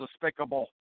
despicable